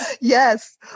Yes